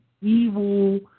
evil